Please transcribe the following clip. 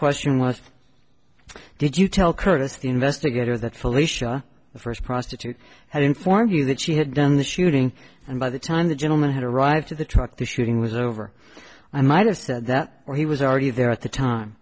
question was did you tell curtis the investigator that felicia the first prostitute had informed you that she had done the shooting and by the time the gentleman had arrived to the truck the shooting was over i might have said that or he was already there at the time